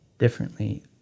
differently